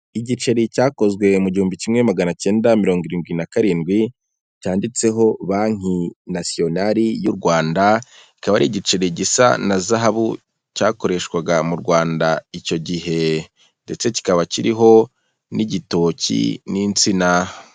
Igiceri cyakozwe mu igihumbi kimwe magana cyenda na mirongo irindwi na karindwi cyanditseho banki nasiyonari y'u Rwanda, ikaba ari igiceri gisa na zahabu cyakoreshwaga m'u Rwanda icyo gihe ndetse kikaba kiriho n'igito n'insina.